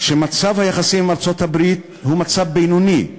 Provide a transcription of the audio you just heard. שמצב היחסים עם ארצות-הברית הוא בינוני,